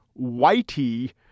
Whitey